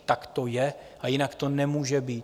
Tak to je a jinak to nemůže být.